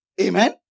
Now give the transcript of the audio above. Amen